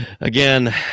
again